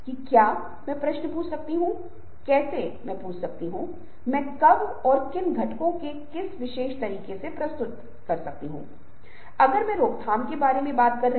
इसलिए विभिन्न प्रकार के संचार संदर्भों के संदर्भों में विजुअल और मल्टीमीडिया और उनका उपयोग करके एक छाप बनाने के लिए महत्वपूर्ण हो जाएगा और इसलिए इसे ऊपर ले जाएगा